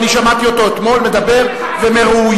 אני שמעתי אותו מדבר ומרואיין.